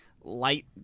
light